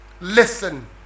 Listen